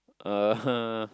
uh